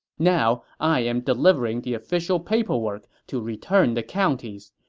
now, i am delivering the official paperwork to return the counties.